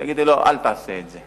תגידי לו: אל תעשה את זה.